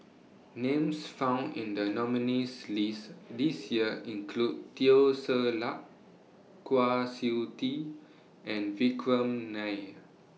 Names found in The nominees' list This Year include Teo Ser Luck Kwa Siew Tee and Vikram Nair